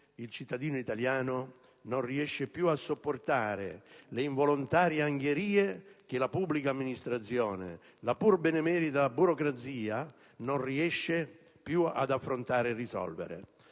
il cittadino italiano non riesce più a sopportare le involontarie angherie che la pubblica amministrazione, la pur benemerita burocrazia, non riesce più ad affrontare e risolvere.